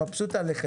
אני מרוצה מכם